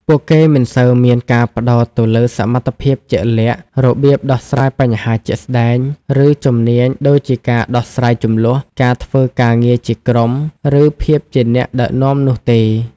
ពួកគេមិនសូវមានការផ្ដោតទៅលើសមត្ថភាពជាក់លាក់ របៀបដោះស្រាយបញ្ហាជាក់ស្ដែង ឬជំនាញដូចជាការដោះស្រាយជម្លោះ ការធ្វើការងារជាក្រុម ឬភាពជាអ្នកដឹកនាំនោះទេ។